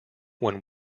when